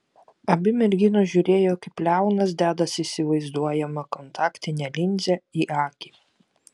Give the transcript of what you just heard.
abi merginos žiūrėjo kaip leonas dedasi įsivaizduojamą kontaktinę linzę į akį